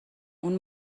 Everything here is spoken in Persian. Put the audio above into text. اون